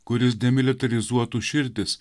kuris demilitarizuotų širdis